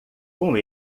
com